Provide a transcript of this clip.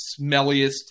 smelliest